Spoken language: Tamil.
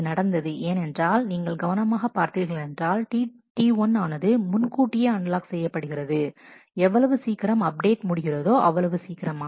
அது நடந்தது ஏனென்றால் நீங்கள் கவனமாக பார்த்தீர்களென்றால் T1 ஆனது முன்கூட்டியே அன்லாக் செய்யப்படுகிறது எவ்வளவு சீக்கிரம் அப்டேட் முடிகிறதோ அவ்வளவு சீக்கிரமாக